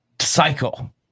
cycle